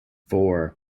four